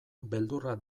beldurra